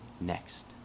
next